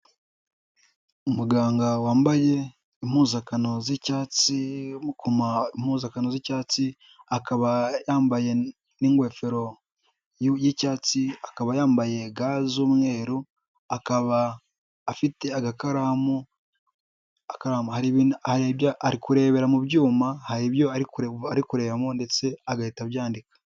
Umuganga wambaye impuzankano z'icyatsi, akaba yambaye n'ingofero'icyatsi, akaba yambaye ga z'umweru, akaba afite agakaramu ari kurebera mu byuma hari ibyo ari ari kurebamo ndetse agahita abyandika.